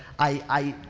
i,